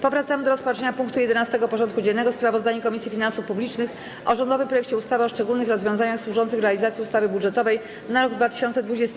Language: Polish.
Powracamy do rozpatrzenia punktu 11. porządku dziennego: Sprawozdanie Komisji Finansów Publicznych o rządowym projekcie ustawy o szczególnych rozwiązaniach służących realizacji ustawy budżetowej na rok 2020.